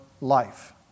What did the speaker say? life